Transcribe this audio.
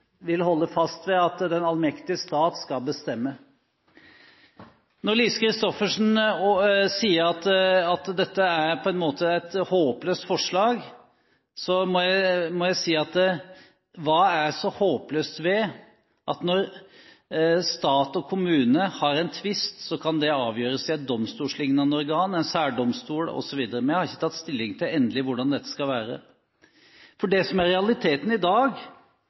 vil holde fast ved at den allmektige stat skal bestemme. Når Lise Christoffersen sier at dette er på en måte et håpløst forslag, må jeg si: Hva er så håpløst ved at stat og kommune har en tvist som kan avgjøres i et domstolslignende organ, en særdomstol osv.? Vi har ikke tatt endelig stilling til hvordan dette skal være. For det som er realiteten i dag